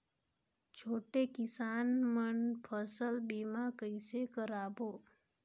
छोटे किसान मन फसल बीमा कइसे कराबो?